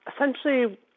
essentially